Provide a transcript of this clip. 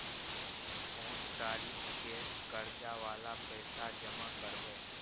कोन तारीख के कर्जा वाला पैसा जमा करबे?